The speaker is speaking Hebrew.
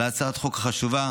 על הצעת החוק החשובה,